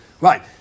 right